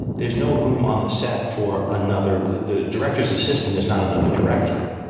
there's no room on the set for another the director's assistant is not another director.